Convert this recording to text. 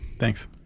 thanks